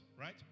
right